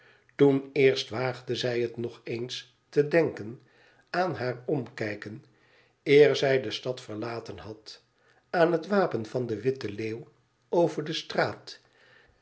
toen eerst waagde zij het nog eens te denken aan haar omkijken eer zij de stad verlaten had aan het wapen van den witten leeuw over de straat